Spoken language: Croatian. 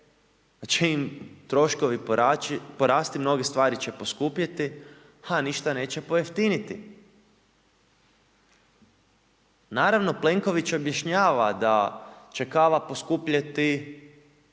će im troškovi porasti, mnoge stvari će poskupjeti, a ništa neće pojeftiniti. Naravno Plenković objašnjava da će kava poskupjeti